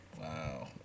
Wow